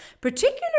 particularly